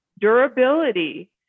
Durability